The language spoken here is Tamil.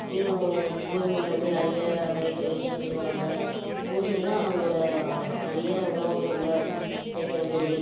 இன்றும் கோதுமையில் வந்து நிறைய வெரைட்டி வெரைட்டியாக செய்வாங்க கோதுமைதான் அவங்களோடய நிறைய உணவுப் பொருள்ல சேர்க்குற பொருளே